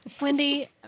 Wendy